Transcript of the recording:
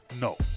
No